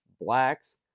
blacks